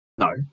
No